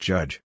Judge